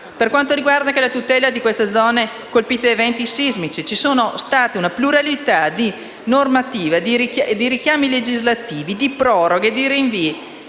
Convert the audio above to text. Per quanto riguarda comunque la tutela delle zone colpite da eventi sismici, vi è stata una pluralità di normative, di richiami legislativi, di proroghe, di rinvii,